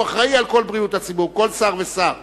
הוא אחראי לכל בריאות הציבור, כל שר ושר.